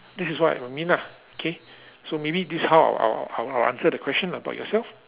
this is what it would mean ah okay so maybe this how I'll I'll I'll answer the question ah but yourself